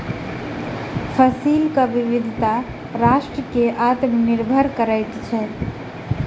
फसिलक विविधता राष्ट्र के आत्मनिर्भर करैत अछि